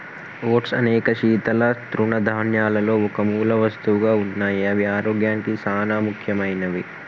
oats అనేక శీతల తృణధాన్యాలలో ఒక మూలవస్తువుగా ఉన్నాయి అవి ఆరోగ్యానికి సానా ముఖ్యమైనవి